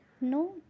no